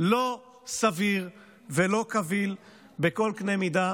לא סביר ולא קביל בכל קנה מידה.